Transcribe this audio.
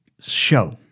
show